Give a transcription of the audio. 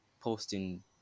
posting